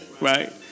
Right